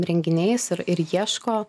renginiais ir ir ieško